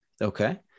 Okay